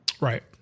Right